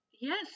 yes